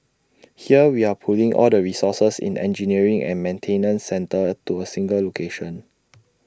here we are pulling all the resources in engineering and maintenance centre to A single location